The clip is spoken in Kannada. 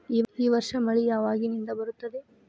ಈ ವರ್ಷ ಮಳಿ ಯಾವಾಗಿನಿಂದ ಬರುತ್ತದೆ?